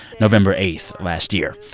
november eight last year.